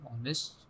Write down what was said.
honest